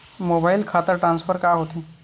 Mobile खाता transfer का होथे?